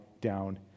down